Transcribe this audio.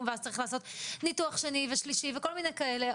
ואז צריך לעשות ניתוח שני ושלישי וכל מיני כאלה.